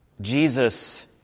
Jesus